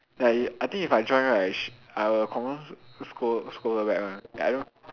ya eh I think if I join right I will confirm scold scold her back [one] I don't